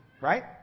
Right